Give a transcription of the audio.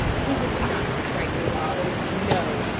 he would not betray his father no,